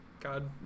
God